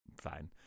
fine